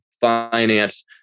finance